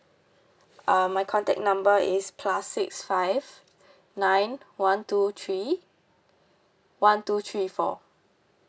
uh my contact number is plus six five nine one two three one two three four